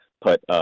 put